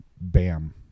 bam